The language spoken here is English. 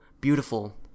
beautiful